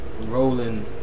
rolling